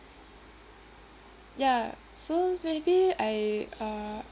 ya so maybe I uh